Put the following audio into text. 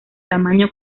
tamaño